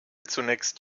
zunächst